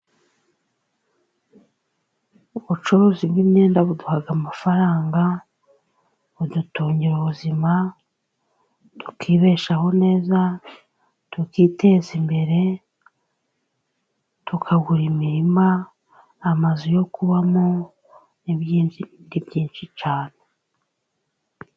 Ubucuruzi bw'imyenda buduha amafaranga, budutungira ubuzima tukibeshaho neza tukiteza imbere, tukagura imirima amazu yo kubamo n'ibindi byinshi cyane.